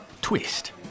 Twist